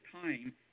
time